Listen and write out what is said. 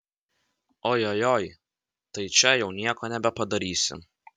ojojoi tai čia jau nieko nebepadarysi